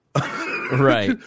Right